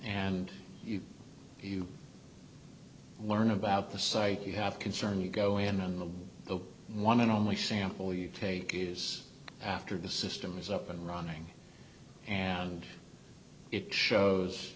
and you learn about the site you have concern you go in on the the one and only sample you take is after the system is up and running and it shows